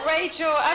Rachel